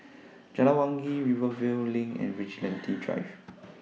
Jalan Wangi Rivervale LINK and Vigilante Drive